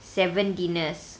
seven dinners